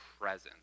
presence